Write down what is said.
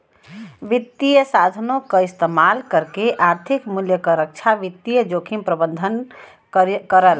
वित्तीय साधनों क इस्तेमाल करके आर्थिक मूल्य क रक्षा वित्तीय जोखिम प्रबंधन करला